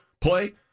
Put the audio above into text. play